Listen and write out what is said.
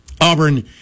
Auburn